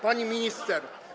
Pani Minister!